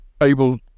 able